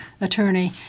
attorney